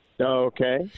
Okay